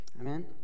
Amen